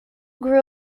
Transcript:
grew